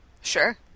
Sure